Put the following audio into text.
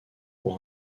pour